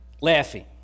laughing